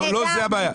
לא זה הבעיה.